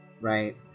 right